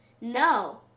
No